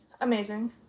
amazing